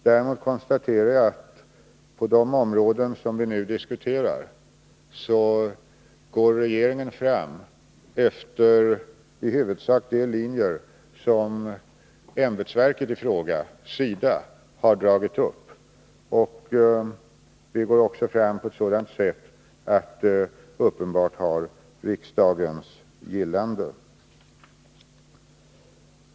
Däremot konstaterar jag att på de områden som vi nu diskuterar går regeringen fram efter i huvudsak de linjer som ämbetsverket i fråga, SIDA, har dragit upp. Regeringen går också fram på ett sådant sätt att det uppenbarligen har riksdagens gillande.